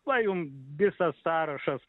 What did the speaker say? va jum visas sąrašas